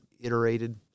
iterated